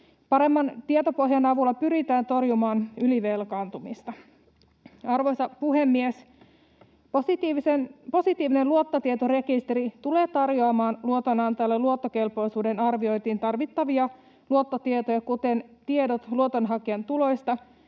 Paremman tietopohjan avulla pyritään torjumaan ylivelkaantumista. Arvoisa puhemies! Positiivinen luottotietorekisteri tulee tarjoamaan luotonantajalle luottokelpoisuuden arviointiin tarvittavia luottotietoja, kuten tiedot luotonhakijan tuloista